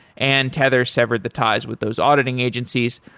and tether severed the ties with those auditing agencies.